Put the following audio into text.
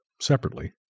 separately